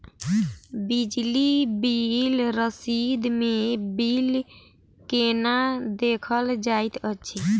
बिजली बिल रसीद मे बिल केना देखल जाइत अछि?